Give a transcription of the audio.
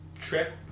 trip